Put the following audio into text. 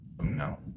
No